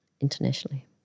internationally